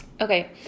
Okay